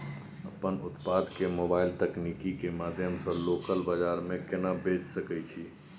अपन उत्पाद के मोबाइल तकनीक के माध्यम से लोकल बाजार में केना बेच सकै छी?